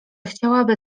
chciałaby